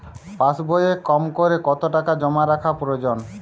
পাশবইয়ে কমকরে কত টাকা জমা রাখা প্রয়োজন?